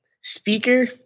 speaker